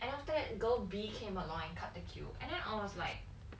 and after that girl B came along and cut the queue and then I was like